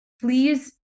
please